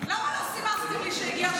למה לא סימסתם לי שהגיע תורי?